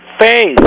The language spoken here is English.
face